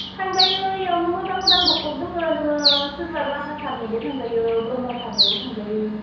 थांजायो इयावनो मोजां मोजां ड'क्टर दोङो नोङो सोरबा राभा सारनियावबो थांजायो ब्रह्म सारनियावबो थांजायो